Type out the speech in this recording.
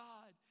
God